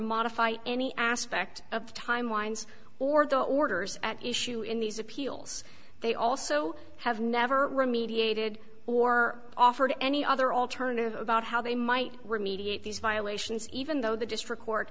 modify any aspect of timelines or the orders at issue in these appeals they also have never remediated or offered any other alternative about how they might remedial these violations even though the district court